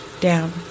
Down